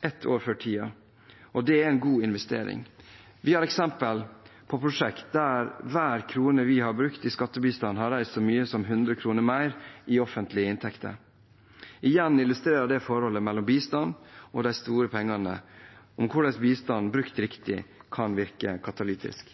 er en god investering. Vi har eksempler på prosjekter der hver krone vi har brukt i skattebistand, har reist så mye som 100 kr mer i offentlige inntekter. Igjen illustrerer dette forholdet mellom bistand og de store pengene og hvordan bistanden – brukt riktig – kan virke katalytisk.